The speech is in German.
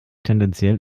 tendenziell